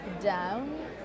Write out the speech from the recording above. down